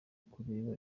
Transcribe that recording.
kureba